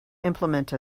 implement